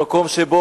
במקום שבו